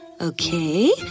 okay